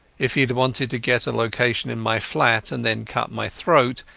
if he had wanted to get a location in my flat, and then cut my throat,